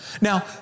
Now